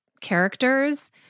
characters